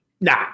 nah